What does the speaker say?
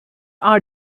are